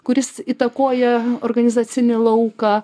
kuris įtakoja organizacinį lauką